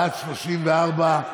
בעד, 34,